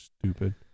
Stupid